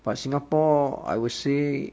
but singapore I would say